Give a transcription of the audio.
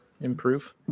improve